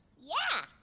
yeah,